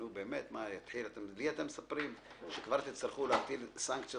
באמת, לי אתם מספרים שכבר תצטרכו להפעיל סנקציות